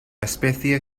especie